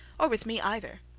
or with me either